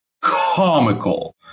comical